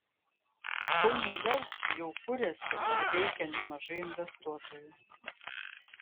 kauno lez jau kuriasi ar veikia nemažai investuotojų